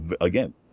again